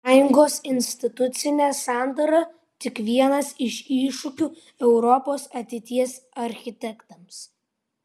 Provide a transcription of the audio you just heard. sąjungos institucinė sandara tik vienas iš iššūkių europos ateities architektams